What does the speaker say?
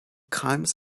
crimes